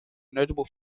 notable